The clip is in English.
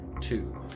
two